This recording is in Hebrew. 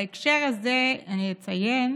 בהקשר הזה אני אציין